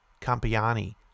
Campiani